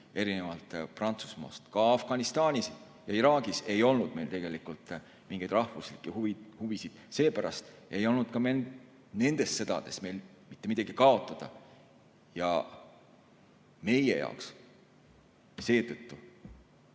erinevalt Prantsusmaast. Ka Afganistanis ja Iraagis ei olnud meil tegelikult mingeid rahvuslikke huvisid, seepärast ei olnud ka nendes sõdades meil mitte midagi kaotada ja seetõttu